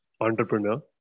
entrepreneur